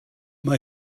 mae